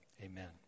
amen